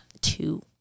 Two